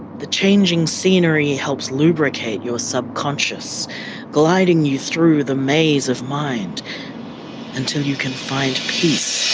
the changing scenery helps lubricate your subconscious gliding you through the maze of mind until you can find peace,